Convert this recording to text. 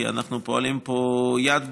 כי אנחנו פועלים פה יד ביד,